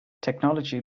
technology